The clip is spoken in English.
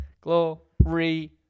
Glory